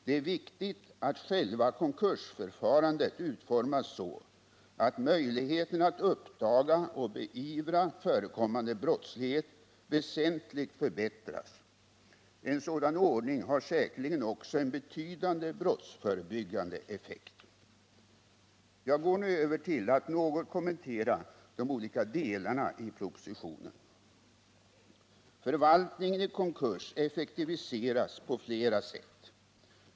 Det är viktigt att själva konkursförfarandet utformas så att möjligheterna att uppdaga och beivra förekommande brottslighet väsentligt förbättras. En sådan ordning har säkerligen också en betydande brottsförebyggande effekt. Jag går därmed över till att något kommentera de olika delarna i propositionen. Förvaltningen i konkurs effektiviseras på flera sätt.